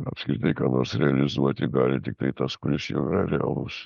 apskritai ką nors realizuoti gali tiktai tas kuris jau yra realus